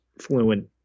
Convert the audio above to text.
fluent